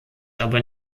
aber